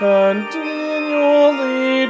Continually